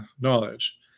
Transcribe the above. knowledge